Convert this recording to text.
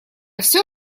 все